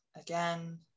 again